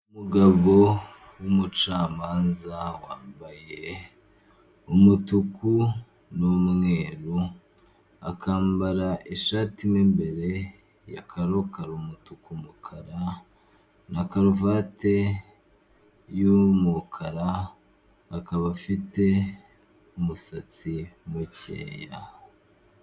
Umugabo w'umucamanza wambaye umutuku n'umweru akambara ishati mu imbere ya karokaro, umutuku, umukara na karuvati y'umukara akaba afite umusatsi mukeya.